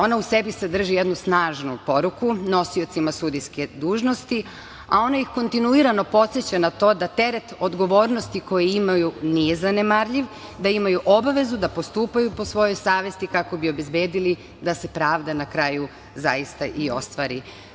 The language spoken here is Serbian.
Ona u sebi sadrži jednu snažnu poruku nosiocima sudijske dužnosti, a ona ih kontinuirano podseća na to da teret odgovornosti koje imaju nije zanemarljiv, da imaju obavezu da postupaju po svojoj savesti kako bi obezbedili da se pravda na kraju zaista i ostvari.